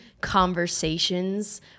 conversations